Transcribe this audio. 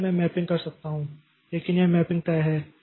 इसलिए मैं मैपिंग कर सकता हूं लेकिन यह मैपिंग तय है